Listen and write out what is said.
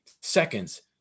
seconds